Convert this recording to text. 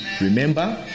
remember